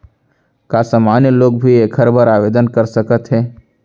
का सामान्य लोग भी एखर बर आवदेन कर सकत हे?